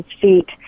feet